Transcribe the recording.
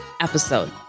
episode